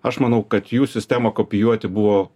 aš manau kad jų sistemą kopijuoti buvo